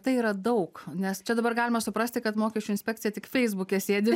tai yra daug nes čia dabar galima suprasti kad mokesčių inspekcija tik feisbuke sėdi